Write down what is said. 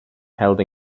held